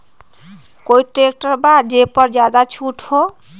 कोइ ट्रैक्टर बा जे पर ज्यादा छूट हो?